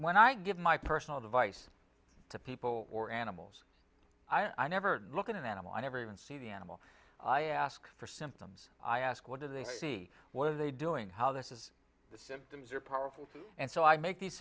when i give my personal advice to people or animals i never look at an animal i never even see the animal i ask for symptoms i ask what do they see what are they doing how this is the symptoms are powerful and so i make the